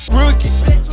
Rookie